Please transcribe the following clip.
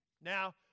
Now